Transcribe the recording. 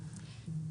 המצגות האלה.